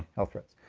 health threats.